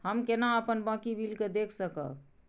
हम केना अपन बाकी बिल के देख सकब?